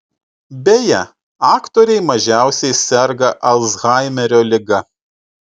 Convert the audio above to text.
beje aktoriai mažiausiai serga alzhaimerio liga